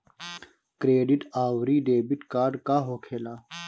Credit आउरी debit card का होखेला?